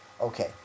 Okay